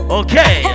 okay